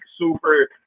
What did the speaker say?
super